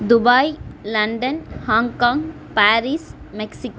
Dubai London Hong Kong Paris Mexico